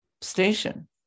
station